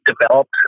developed